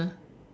mm